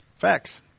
facts